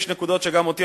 יש נקודות שגם אותי,